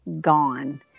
gone